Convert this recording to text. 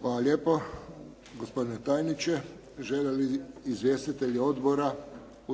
Hvala lijepo, gospodine tajniče. Žele li izvjestitelji odbora